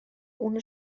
una